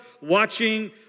watching